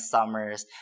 Summers